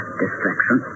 distraction